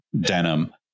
denim